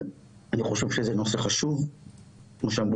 אני חושב שזה נושא חשוב כמו שאמרו